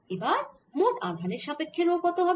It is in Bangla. এবার মোট আধানের সাপেক্ষ্যে রো 0 কত হবে